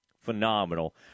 phenomenal